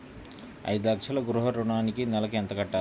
ఐదు లక్షల గృహ ఋణానికి నెలకి ఎంత కట్టాలి?